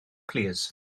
plîs